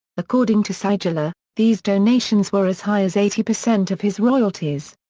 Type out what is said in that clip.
according to siedler, these donations were as high as eighty percent of his royalties.